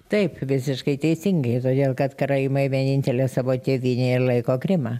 taip visiškai teisingai todėl kad karaimai vienintele savo tėvyne laiko krymą